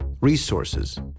resources